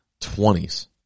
twenties